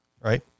right